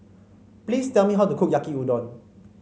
please tell me how to cook Yaki Udon